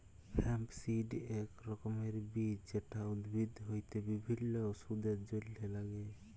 hemp seed এক রকমের বীজ যেটা উদ্ভিদ হইতে বিভিল্য ওষুধের জলহে লাগ্যে